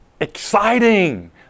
exciting